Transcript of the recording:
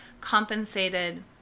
compensated